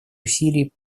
усилий